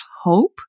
hope